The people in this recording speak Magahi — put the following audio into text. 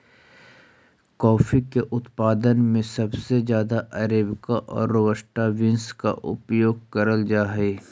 कॉफी के उत्पादन में सबसे ज्यादा अरेबिका और रॉबस्टा बींस का उपयोग करल जा हई